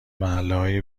محلههای